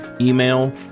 email